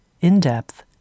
in-depth